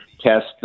test